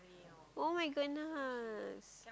[oh]-my-goodness